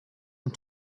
and